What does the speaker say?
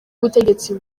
ubutegetsi